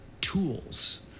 tools